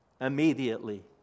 immediately